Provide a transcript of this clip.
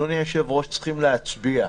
אדוני היושב-ראש, צריכים להצביע.